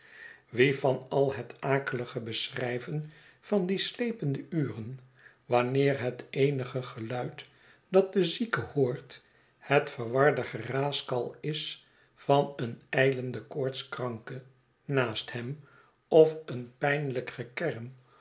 wie zal al het akelige beschryven van die slepende uren warmeer het eenige geluid dat de zieke hoort het verwarde geraaskal is van een ijlenden koortskranke naast hem of een pijnlijk gekerm